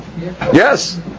Yes